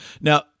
Now